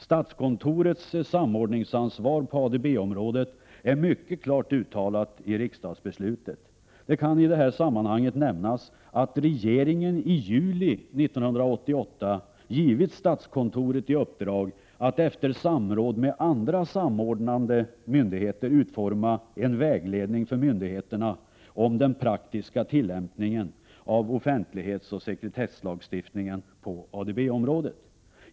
Statskontorets samordningsansvar på ADB-området är mycket klart uttalat i riksdagsbeslutet. Det kan i detta sammanhang nämnas att regeringen i juli 1988 givit statskontoret i uppdrag att efter samråd med andra samordnande myndigheter utforma en vägledning för myndigheterna om Prot. 1988/89:104 den praktiska tillämpningen av offentlighetsoch sekretesslagstiftningen på — 26 april 1989 ADB-området.